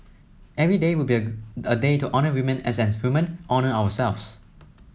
every day would be a day to honour women and as women honour ourselves